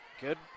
Good